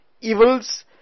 evils